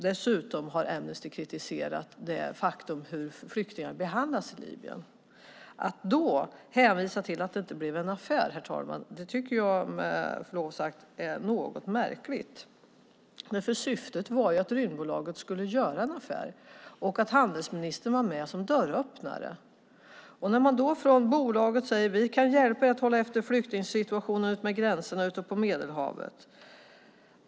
Dessutom har Amnesty kritiserat hur flyktingar behandlas i Libyen. Att då hänvisa till att det inte blir någon affär, herr talman, tycker jag med förlov sagt är något märkligt. Syftet var ju att Rymdbolaget skulle göra en affär, och handelsministern var med som dörröppnare. Från bolagets sida säger man: Vi kan hjälpa er att hålla efter flyktingsituationen utmed gränserna ute på Medelhavet.